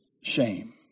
shame